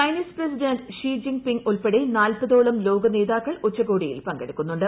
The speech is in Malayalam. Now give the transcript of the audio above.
ചൈനീസ് പ്രസിഡന്റ് ഷി ജിൻപിങ് ഉൾപ്പെടെ നാൽപ്പതോളം ലോകനേതാക്കൾ ഉച്ചകോടിയിൽ പങ്കെടുക്കുന്നുണ്ട്